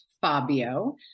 Fabio